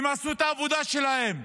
שהם עשו את העבודה שלהם,